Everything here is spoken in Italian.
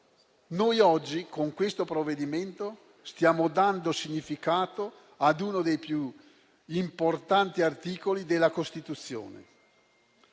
Noi oggi con questo provvedimento stiamo dando significato a uno dei più importanti articoli della Costituzione.